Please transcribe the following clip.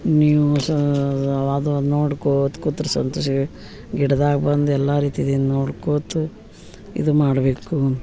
ನೀವು ಸ ಅದು ನೋಡ್ಕೋತ ಕೂತ್ರೆ ಸಂತೋಷವೇ ಗಿಡದಾಗ ಬಂದು ಎಲ್ಲ ರೀತಿದಿಂದ ನೋಡ್ಕೋತ ಇದು ಮಾಡಬೇಕು